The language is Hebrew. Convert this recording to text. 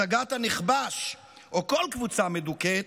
הצגת הנכבש, או כל קבוצה מדוכאת,